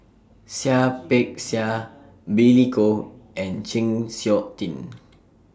Seah Peck Seah Billy Koh and Chng Seok Tin